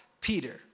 Peter